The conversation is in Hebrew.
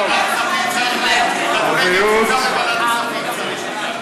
כדורי מציצה בוועדת הכספים.